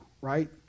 right